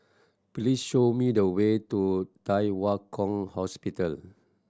please show me the way to Thye Hua Kwan Hospital